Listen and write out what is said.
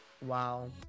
Wow